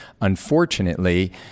Unfortunately